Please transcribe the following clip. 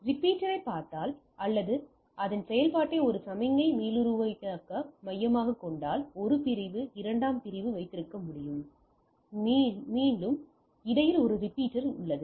எனவே ரிப்பீட்டரைப் பார்த்தால் அல்லது அதன் செயல்பாட்டை ஒரு சமிக்ஞை மீளுருவாக்கிகளாக மையமாகக் கொண்டால் 1 பிரிவு 2 பிரிவு வைத்திருக்க முடியும் மேலும் இடையில் ஒரு ரிப்பீட்டர் உள்ளது